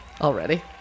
Already